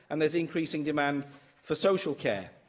and there's increasing demand for social care.